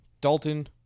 Dalton